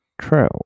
true